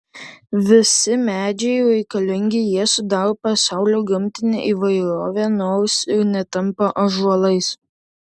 visi medžiai reikalingi jie sudaro pasaulio gamtinę įvairovę nors ir netampa ąžuolais